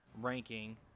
ranking